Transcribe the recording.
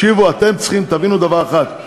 שעתיים זה מה